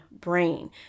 brain